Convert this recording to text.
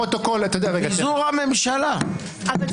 אין ההסתייגות מס' 5 של קבוצת סיעת המחנה הממלכתי לא